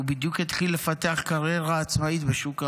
ובדיוק התחיל לפתח קריירה עצמאית בשוק ההון.